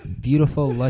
beautiful